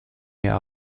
mir